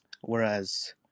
Whereas